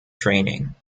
training